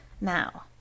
Now